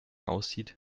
aussieht